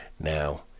Now